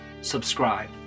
subscribe